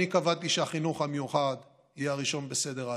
אני קבעתי שהחינוך המיוחד יהיה הראשון בסדר העדיפויות.